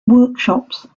workshops